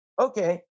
Okay